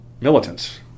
Militants